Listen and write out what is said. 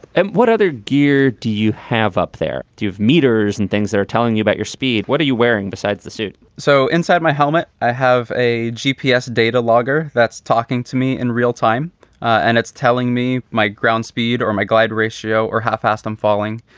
and what other gear do you have up there? do you have meters and things that are telling you about your speed? what are you wearing besides the suit? so inside my helmet, i have a g p s. data logger that's talking to me in real time and it's telling me my ground speed or my glide ratio or how fast i'm falling,